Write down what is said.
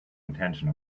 intention